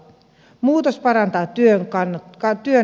muutos parantaa työn kannustavuutta